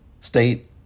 state